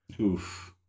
Oof